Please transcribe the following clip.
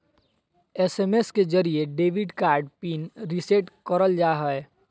SMS के जरिये debit card pin reset करल जा हय